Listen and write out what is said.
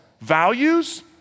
values